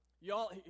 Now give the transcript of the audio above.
y'all